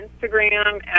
Instagram